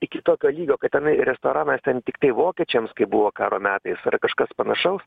iki tokio lygio kad tenai restoranas ten tiktai vokiečiams kaip buvo karo metais ar kažkas panašaus